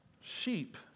sheep